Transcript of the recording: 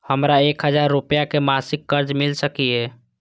हमरा एक हजार रुपया के मासिक कर्ज मिल सकिय?